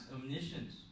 omniscience